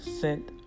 sent